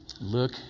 Look